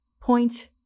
point